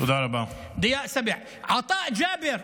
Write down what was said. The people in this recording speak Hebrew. עטאא ג'אבר,